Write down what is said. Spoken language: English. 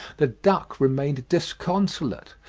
the duck remained disconsolate,